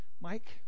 Mike